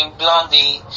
blondie